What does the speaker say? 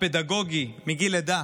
הפדגוגי מגיל לידה